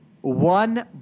One